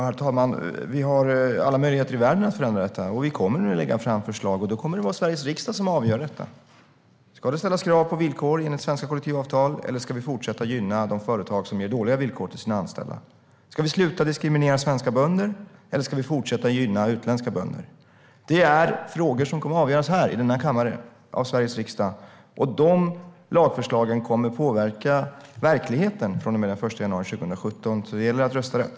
Herr talman! Vi har alla möjligheter i världen att förändra det. Vi kommer nu att lägga fram förslag. Och då kommer det att vara Sveriges riksdag som avgör. Ska det ställas krav på villkor enligt svenska kollektivavtal, eller ska vi fortsätta gynna företag som ger dåliga villkor till sina anställda? Ska vi sluta diskriminera svenska bönder, eller ska vi fortsätta gynna utländska bönder? Det är frågor som kommer att avgöras här, i denna kammare, av Sveriges riksdag. De lagförslagen kommer att påverka verkligheten från och med den 1 januari 2017. Det gäller alltså att rösta rätt.